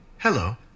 Hello